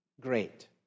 great